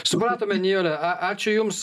supratome nijole a ačiū jums